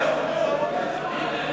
אני ביקשתי לרשום אותי.